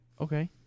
Okay